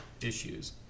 issues